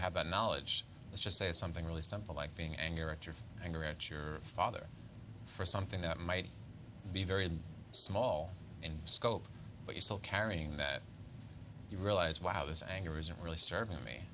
have that knowledge let's just say something really simple like being anger at your anger at your father for something that might be very small in scope but you still carrying that you realize wow this anger is really serving me